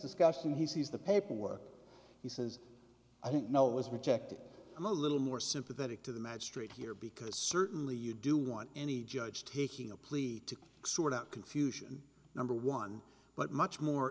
discussion he sees the paperwork he says i don't know was rejected i'm a little more sympathetic to the magistrate here because certainly you do want any judge taking a plea to sort out confusion number one but much more